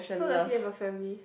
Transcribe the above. so does he have a family